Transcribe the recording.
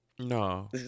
No